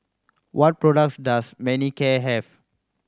what products does Manicare have